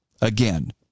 Again